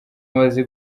amaze